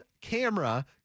camera